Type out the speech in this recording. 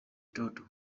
total